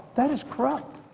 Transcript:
that is corrupt.